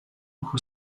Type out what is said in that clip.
who